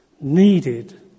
needed